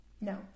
No